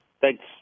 thanks